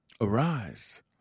Arise